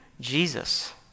Jesus